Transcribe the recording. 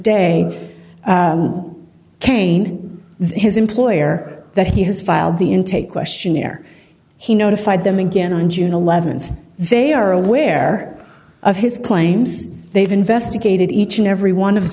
day kane his employer that he has filed the intake questionnaire he notified them again on june th they are aware of his claims they've investigated each and every one of